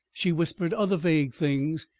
she whispered other vague things,